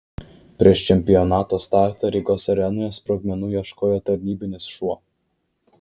prieš čempionato startą rygos arenoje sprogmenų ieškojo tarnybinis šuo